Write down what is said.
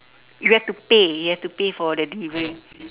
you have to pay you have to pay for the delivery